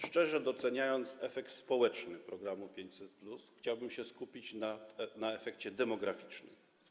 Szczerze doceniając efekt społeczny programu 500+, chciałbym skupić się na efekcie demograficznym.